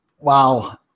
Wow